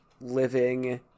living